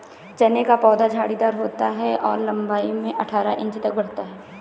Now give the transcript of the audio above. चने का पौधा झाड़ीदार होता है और लंबाई में अठारह इंच तक बढ़ता है